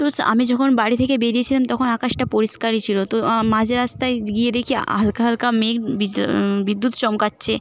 তো আমি যখন বাড়ি থেকে বেরিয়েছিলাম তখন আকাশটা পরিষ্কারই ছিলো তো মাঝ রাস্তায় গিয়ে দেখি হালকা হালকা মেঘ বিজ বিদ্যুৎ চমকাচ্ছে